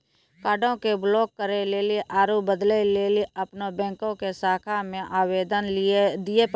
कार्डो के ब्लाक करे लेली आरु बदलै लेली अपनो बैंको के शाखा मे आवेदन दिये पड़ै छै